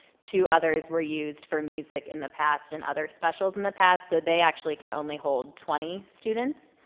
two others were used for music in the past and other specials in the past so they actually can only hold twenty students,